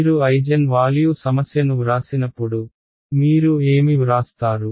మీరు ఐజెన్వాల్యూ సమస్యను వ్రాసినప్పుడు మీరు ఏమి వ్రాస్తారు